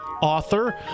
author